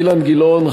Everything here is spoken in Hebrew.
אילן גילאון,